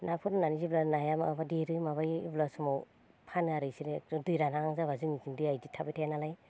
ना फिनानै जेब्ला नाया माबायो देरो माबायो अब्ला समाव फानो आरो बिसोरो दै रानहांहां जाब्ला जोंनिथिं दैआ इदि थाबायथाया नालाय